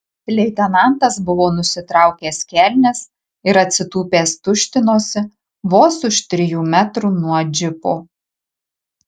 leitenantas buvo nusitraukęs kelnes ir atsitūpęs tuštinosi vos už trijų metrų nuo džipo